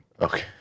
Okay